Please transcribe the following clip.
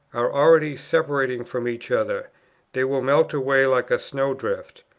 are already separating from each other they will melt away like a snow-drift.